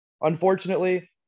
Unfortunately